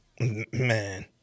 Man